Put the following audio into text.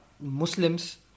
Muslims